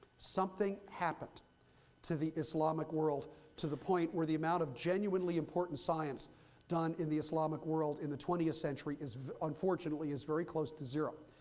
something happened to the islamic world to the point where the amount of genuinely important science done in the islamic world in the twentieth century, unfortunately, is very close to zero.